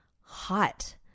hot